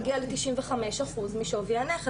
מגיע לי 95 אחוז משווי הנכס.